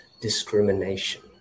discrimination